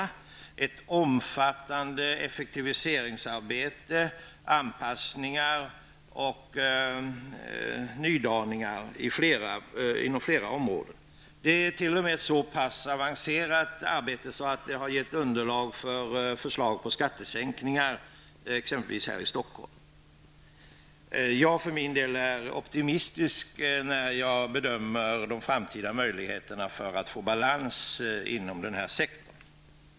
Det är ett omfattande effektiviseringsarbete med anpassningar och nydaningar inom flera områden. Arbetet är t.o.m. så pass avancerat att det har gett underlag för förslag till skattesänkningar, t.ex. här i Stockholm. Jag för min del har en optimistisk bedömning när det gäller de framtida möjligheterna för att åstadkomma balans inom denna sektor.